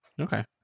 Okay